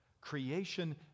creation